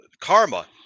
Karma